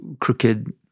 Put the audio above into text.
crooked